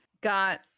got